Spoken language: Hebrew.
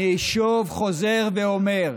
אני שוב חוזר ואומר,